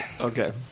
Okay